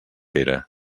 pere